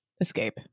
escape